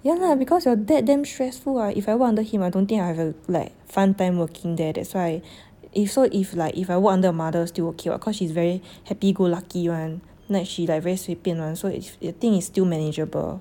yeah lah because your dad damn stressful [what] if I work under him I don't think I have a like fun time working there that's why if so if like if I work under your mother still okay ah because she's very happy-go-lucky [one] like she like very 随便 [one] so it's I think it's still manageable